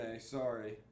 sorry